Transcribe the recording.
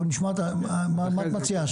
מה את מציעה?